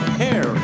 hair